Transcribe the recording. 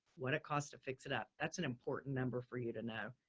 what it costs to fix it up. that's an important number for you to know.